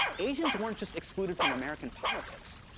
asians weren't just excluded from american politics,